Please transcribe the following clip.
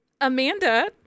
amanda